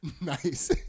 Nice